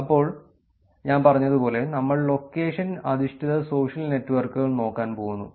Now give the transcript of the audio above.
അപ്പോൾ ഞാൻ പറഞ്ഞതുപോലെ നമ്മൾ ലൊക്കേഷൻ അധിഷ്ഠിത സോഷ്യൽ നെറ്റ്വർക്കുകൾ നോക്കാൻ പോകുന്നു